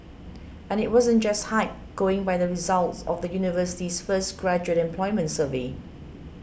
and it wasn't just hype going by the results of the university's first graduate employment survey